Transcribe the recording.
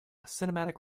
cinematic